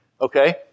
okay